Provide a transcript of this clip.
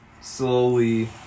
slowly